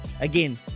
Again